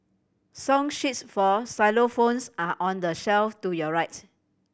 song sheets for xylophones are on the shelf to your right